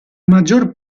maggior